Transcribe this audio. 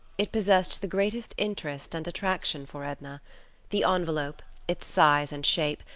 it possessed the greatest interest and attraction for edna the envelope, its size and shape,